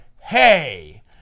Hey